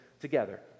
together